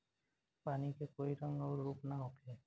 पानी के कोई रंग अउर रूप ना होखें